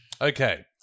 okay